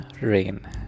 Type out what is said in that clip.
rain